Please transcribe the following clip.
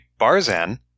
Barzan